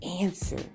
answer